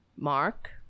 mark